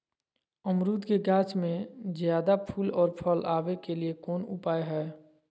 अमरूद के गाछ में ज्यादा फुल और फल आबे के लिए कौन उपाय है?